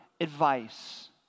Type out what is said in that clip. advice